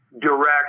direct